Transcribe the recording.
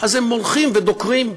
אז הם הולכים ודוקרים.